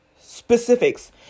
specifics